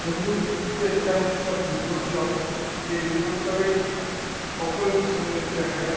হিন্দুদের প্রধান উৎসব দুর্গোৎসব যে দুর্গোৎসবে সকলকে শামিল হতে দেখা যায়